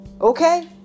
Okay